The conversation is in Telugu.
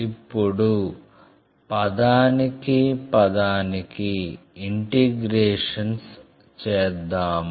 ఇప్పుడు పదానికి పదానికి ఇంటిగ్రేషన్స్ చేద్దాం